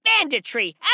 banditry